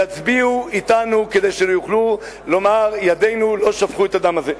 יצביעו אתנו כדי שיוכלו לומר: ידינו לא שפכו את הדם הזה.